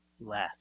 less